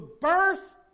birth